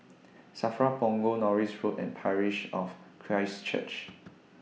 SAFRA Punggol Norris Road and Parish of Christ Church